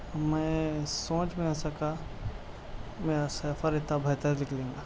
میں سوچ بھی نہیں سکا میرا سفر اتنا بہتر نکلے گا